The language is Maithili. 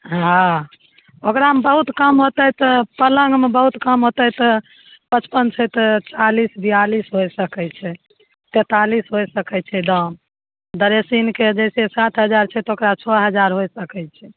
हँ ओकरामे बहुत कम होतै तऽ पलङ्गमे बहुत कम होतै तऽ पचपन छै तऽ चालिस बिआलिस होए सकै छै तैतालिस होइ सकै छै दाम ड्रेसिनके जैसे सात हजार छै तऽ ओकरा छओ हजार हो सकै छै